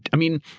i mean,